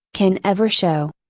can ever show.